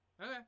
Okay